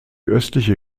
östliche